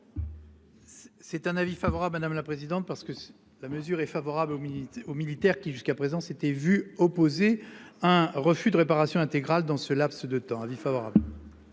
C'est un avis favorable. Madame la présidente. Parce que la mesure est favorable aux militants, aux militaires qui jusqu'à présent, s'était vu opposer un refus de réparation intégrale dans ce laps de temps. Avis favorable.